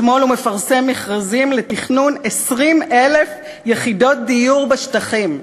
אתמול הוא מפרסם מכרזים לתכנון 20,000 יחידות דיור בשטחים,